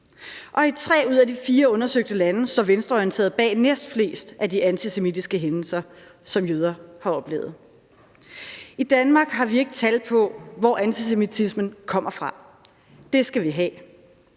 I tre ud af de fire undersøgte lande står venstreorienterede bag næstflest af de antisemitiske hændelser, som jøder har oplevet. I Danmark har vi ikke tal på, hvor antisemitismen kommer fra, og det skal vi have.